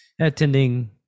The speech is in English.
attending